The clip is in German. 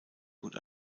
gut